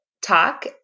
talk